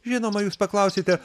žinoma jūs paklausite